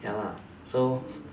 ya lah so